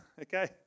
okay